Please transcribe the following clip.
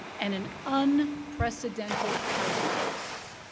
and an unprecedented housing crisis.